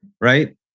right